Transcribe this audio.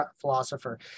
philosopher